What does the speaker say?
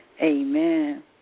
Amen